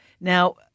Now